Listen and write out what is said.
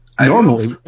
normally